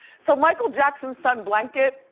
so michael jackson's son blanket,